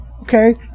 Okay